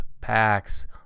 packs